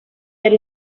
per